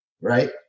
right